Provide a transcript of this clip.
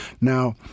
now